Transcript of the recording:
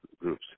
groups